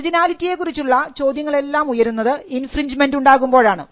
ഒറിജിനാലിറ്റിയെ കുറിച്ചുള്ള ചോദ്യങ്ങളെല്ലാം ഉയരുന്നത് ഇൻഫ്രിൻജ്മെൻറ് ഉണ്ടാകുമ്പോഴാണ്